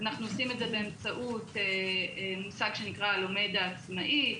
אנחנו עושים את זה באמצעות מושג שנקרא הלומד העצמאי,